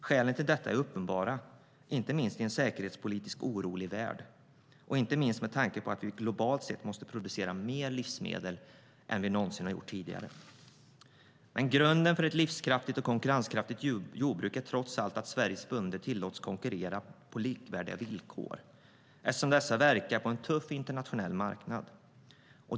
Skälen till detta är uppenbara, inte minst i en säkerhetspolitiskt orolig värld och med tanke på att vi globalt sett måste producera mer livsmedel än någonsin. Grunden för ett livskraftigt och konkurrenskraftigt jordbruk är trots allt att Sveriges bönder tillåts konkurrera på likvärdiga villkor, eftersom de verkar på en tuff internationell marknad.